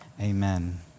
amen